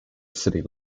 city